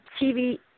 TV